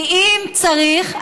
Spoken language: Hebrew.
כי אם צריך,